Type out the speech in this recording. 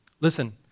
Listen